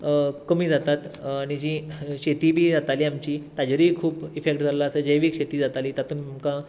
कमी जातात आनी जी शेती बी जाताली आमची ताचेरूय खूब इफेक्ट जाल्लो आसा जैवीक शेती जाताली तातूंत आमकां